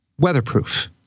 Weatherproof